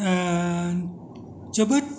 जोबोद